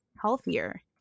healthier